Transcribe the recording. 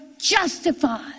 justified